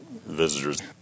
visitors